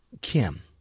Kim